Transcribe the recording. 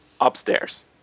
upstairs